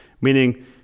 meaning